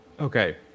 Okay